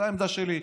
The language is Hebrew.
זו העמדה שלי.